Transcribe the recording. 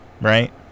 right